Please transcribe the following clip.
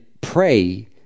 pray